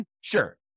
Sure